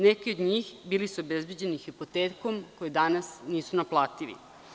Neki od njih bili su obezbeđeni hipotekom koje danas nisu naplativi.